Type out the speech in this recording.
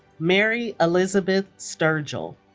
mary elizabeth sturgill